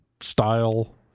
style